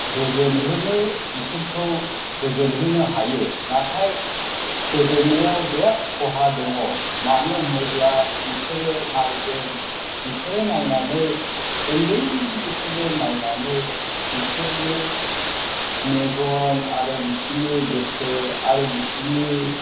गोजोन होनो बिसोरखौ गोजोन होनो हायो नाथाय गोजोननायाव बिराद खहा दङ मानो होनोब्ला बिसोरो नायगोन बिसोरो नायनानै उन्दैनिफ्रायनो नायनानै बिसोरनि मेगन आरो बिसोरनि गोसो आरो बिसोरनि